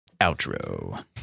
Outro